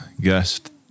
guest